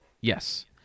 yes